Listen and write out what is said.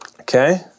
Okay